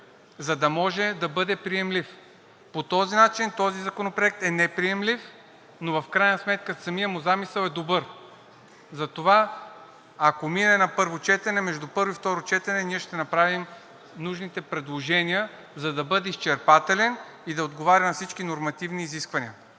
за да може да бъде приемлив. По този начин този законопроект е неприемлив, но в крайна сметка самият му замисъл е добър. Затова, ако мине на първо четене, между първо и второ четене ние ще направим нужните предложения, за да бъде изчерпателен и да отговаря на всички нормативни изисквания.